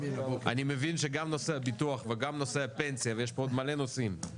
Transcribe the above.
אני מבין שגם נושא הביטוח וגם נושא הפנסיה ויש פה עוד מלא נושאים,